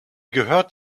gehört